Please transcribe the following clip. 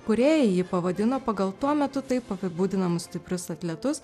kūrėjai jį pavadino pagal tuo metu taip apibūdinamus stiprius atletus